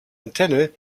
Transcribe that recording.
antenne